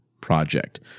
project